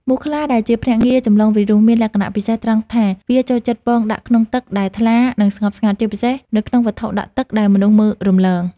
មូសខ្លាដែលជាភ្នាក់ងារចម្លងវីរុស មានលក្ខណៈពិសេសត្រង់ថាវាចូលចិត្តពងដាក់ក្នុងទឹកដែលថ្លា និងស្ងប់ស្ងាត់ ជាពិសេសនៅក្នុងវត្ថុដក់ទឹកដែលមនុស្សមើលរំលង។